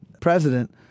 president